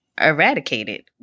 eradicated